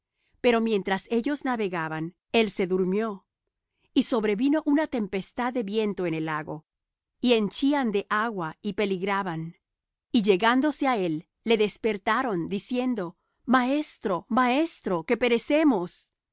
pero mientras ellos navegaban él se durmió y sobrevino una tempestad de viento en el lago y henchían de agua y peligraban y llegándose á él le despertaron diciendo maestro maestro que perecemos